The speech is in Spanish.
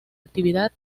actividad